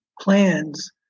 plans